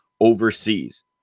overseas